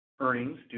earnings